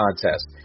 Contest